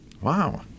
Wow